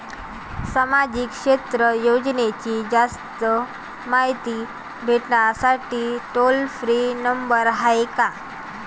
सामाजिक क्षेत्र योजनेची जास्त मायती भेटासाठी टोल फ्री नंबर हाय का?